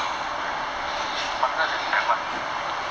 partners as in like what